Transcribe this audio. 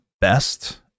best